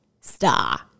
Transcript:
star